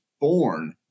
born